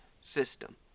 system